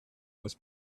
was